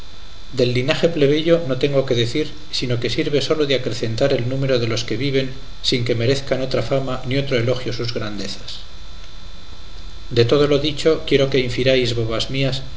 del linaje plebeyo no tengo qué decir sino que sirve sólo de acrecentar el número de los que viven sin que merezcan otra fama ni otro elogio sus grandezas de todo lo dicho quiero que infiráis bobas mías